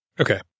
Okay